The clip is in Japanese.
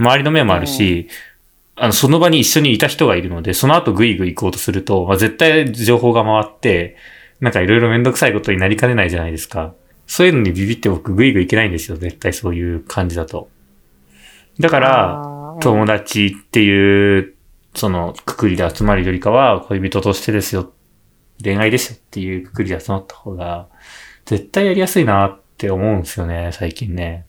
周りの目もあるし、うん。あの、その場に一緒にいた人がいるので、その後グイグイ行こうとすると、まあ、絶対情報が回って、なんか色々面倒くさいことになりかねないじゃないですか。そういうのにビビって僕グイグイ行けないんですよ、絶対そういう感じだと。だから、あー、うん。友達っていう、その、くくりで集まるよりかは、恋人としてですよ、恋愛ですよっていうくくりで集まった方が、絶対やりやすいなって思うんですよね、最近ね。